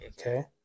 Okay